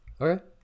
Okay